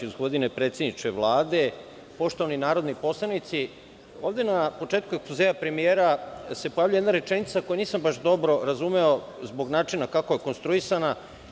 Gospodine predsedniče Vlade, poštovani narodni poslanici, na početku ekspozea premijera se pojavljuje jedna rečenica, koju nisam baš dobro razumeo zbog načina kako je konstruisana.